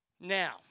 Now